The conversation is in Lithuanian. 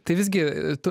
tai visgi tu